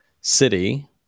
city